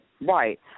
Right